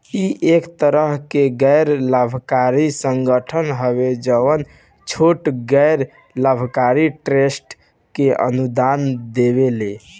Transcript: इ एक तरह के गैर लाभकारी संगठन हवे जवन छोट गैर लाभकारी ट्रस्ट के अनुदान देवेला